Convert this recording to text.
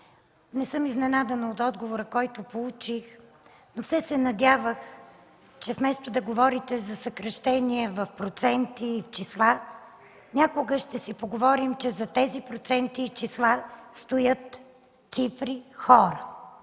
Не съм изненадана от отговора, който получих, но все се надявах, че вместо да говорите за съкращения в проценти и числа, някога ще си поговорим, че зад тези проценти и числа стоят хора